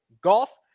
golf